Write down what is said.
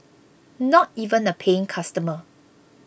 not even a paying customer